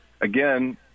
again